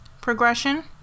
progression